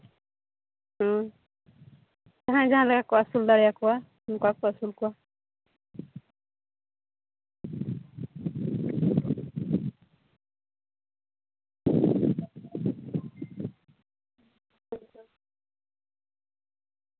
ᱦᱩᱸ ᱡᱟᱦᱟᱸᱭ ᱡᱟᱦᱟᱸ ᱞᱮᱠᱟ ᱠᱚ ᱟᱹᱥᱩᱞ ᱫᱟᱲᱮᱭᱟᱠᱚᱣᱟ ᱚᱝᱠᱟ ᱠᱚ ᱟᱹᱥᱩᱞ ᱠᱚᱣᱟ